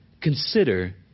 consider